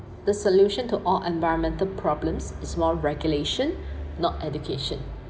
the solution to all environmental problems is more regulation not education